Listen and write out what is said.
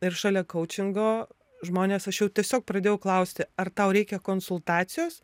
ir šalia koučingo žmones aš jau tiesiog pradėjau klausti ar tau reikia konsultacijos